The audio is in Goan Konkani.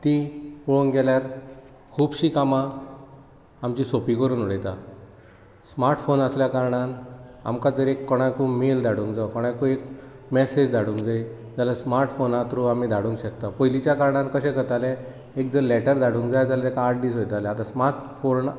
ती पळोवंक गेल्यार खूबशीं कामां आमची सोंपीं करून उडयता स्मार्टफोन आसल्या कारणान आमकां जर कोणाकूय मेल धाडूंक जाय वा कोणाकूय मॅसेज धाडूंक जायी जाल्यार स्मार्टफोना थ्रू आमी धाडूंक शकतात पयलींच्या काळांत कितें जातालें एक तर लॅटर धाडूंक जाय जाल्यार आठ दीस वयताले आतां स्मार्टफोन